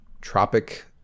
Tropic